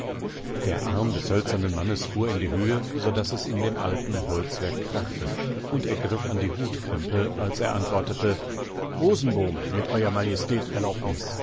der arm des hölzernen mannes fuhr in die höhe so daß es in dem alten holzwerk krachte und er griff an die hutkrempe als er antwortete rosenbom mit ew majestät